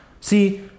See